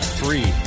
three